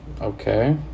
Okay